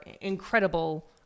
incredible